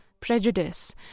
prejudice